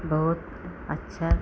बहुत अच्छा